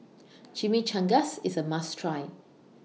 Chimichangas IS A must Try